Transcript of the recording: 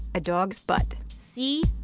a dog! s butt c.